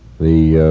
the